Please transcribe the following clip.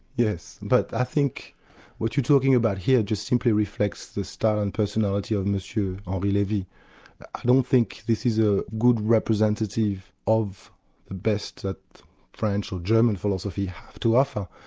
yes, but i think what you're talking about here just simply reflects the style and personality of monsieur henri levy, i don't think this is a good representative of the best that french or german philosophy have to offer.